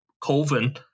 Colvin